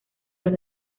los